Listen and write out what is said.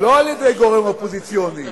לא על-ידי גורם אופוזיציוני,